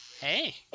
Hey